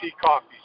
Coffee